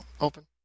open